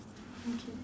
okay